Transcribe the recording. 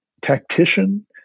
tactician